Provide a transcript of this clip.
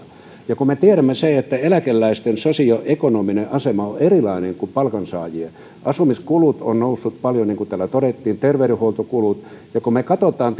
me tiedämme sen että eläkeläisten sosioekonominen asema on erilainen kuin palkansaajien asumiskulut ovat nousseet paljon niin kuin täällä todettiin ja terveydenhuoltokulut ja kun me katsomme